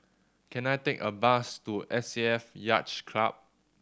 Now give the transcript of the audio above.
can I take a bus to S A F Yacht Club